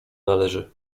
należy